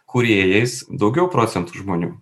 kūrėjais daugiau procentų žmonių